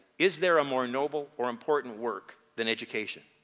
is there a more noble or important work than education?